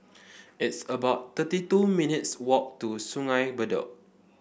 it's about thirty two minutes' walk to Sungei Bedok